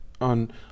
on